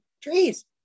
trees